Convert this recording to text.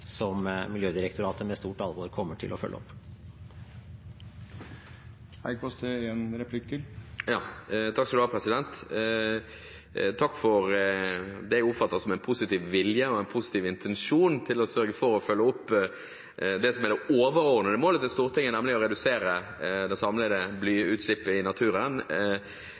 som Miljødirektoratet med stort alvor kommer til å følge opp. Takk for det jeg oppfatter som en positiv vilje og en positiv intensjon om å sørge for å følge opp det som er det overordnede målet til Stortinget, nemlig å redusere det samlede blyutslippet i naturen,